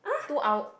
two hour